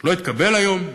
לא יתקבל היום,